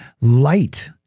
light